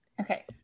Okay